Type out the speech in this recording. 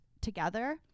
together